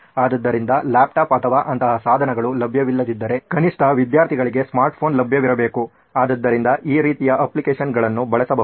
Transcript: ಆದ್ದರಿಂದ ಲ್ಯಾಪ್ಟಾಪ್ ಅಥವಾ ಅಂತಹ ಸಾಧನಗಳು ಲಭ್ಯವಿಲ್ಲದಿದ್ದರೆ ಕನಿಷ್ಠ ವಿದ್ಯಾರ್ಥಿಗಳಿಗೆ ಸ್ಮಾರ್ಟ್ಫೋನ್ ಲಭ್ಯವಿರಬೇಕು ಅದರಿಂದ ಈ ರೀತಿಯ ಅಪ್ಲಿಕೇಶನ್ಗಳನ್ನು ಬಳಸಬಹುದು